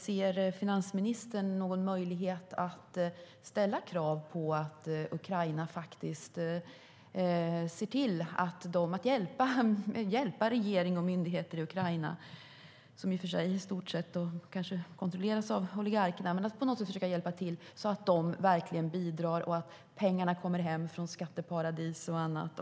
Ser finansministern någon möjlighet att hjälpa regering och myndigheter i Ukraina att ställa krav på att oligarkerna, som i och för sig kanske kontrollerar regering och myndigheter, verkligen bidrar och på att pengarna kommer hem från skatteparadis och annat?